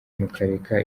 mukareka